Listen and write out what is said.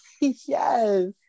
yes